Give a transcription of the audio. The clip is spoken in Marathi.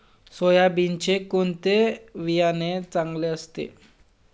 सोयाबीनचे कोणते बियाणे चांगले असते?